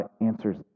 answers